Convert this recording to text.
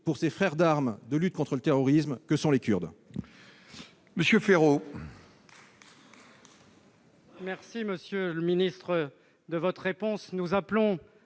pour ces frères d'armes dans la lutte contre le terrorisme que sont les Kurdes.